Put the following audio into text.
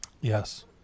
Yes